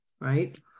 right